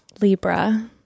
libra